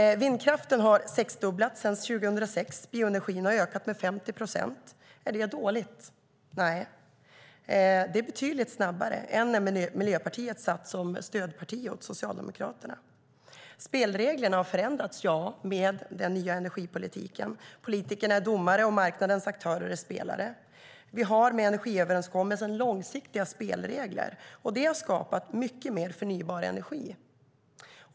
Vindkraften har sexdubblats sedan 2006, och bioenergin har ökat med 50 procent. Är det dåligt? Nej, det är betydligt snabbare än när Miljöpartiet var stödparti åt Socialdemokraterna. Spelreglerna har förändrats med den nya energipolitiken, ja. Politikerna är domare och marknadens aktörer spelare. Vi har med energiöverenskommelsen fått långsiktiga spelregler, vilket skapat mycket mer förnybar energi.